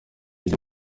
ibyo